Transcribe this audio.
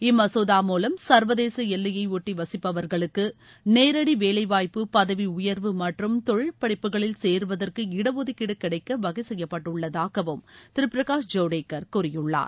இம் மசோதா மூலம் சர்வதேச எல்லையை ஒட்டி வசிப்பவர்களுக்கு நேரடி வேலைவாய்ப்பு பதவி உயர்வு மற்றும் தொழில் படிப்புகளில் சேருவதற்கு இடஒதுக்கீடு கிடைக்க வகை செய்யப்பட்டுள்ளதாகவும் திரு பிரகாஷ் ஜவடேகர் கூறியுள்ளார்